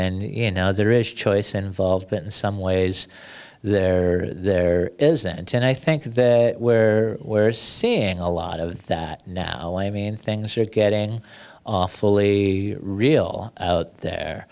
and you know there is choice involved in some ways there there isn't and i think that where we're seeing a lot of that now mean things are getting awfully real out there